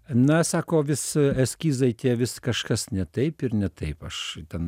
na sako vis eskizai tie vis kažkas ne taip ir ne taip aš ten